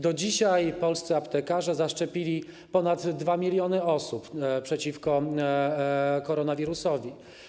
Do dzisiaj polscy aptekarze zaszczepili ponad 2 mln osób przeciwko koronawirusowi.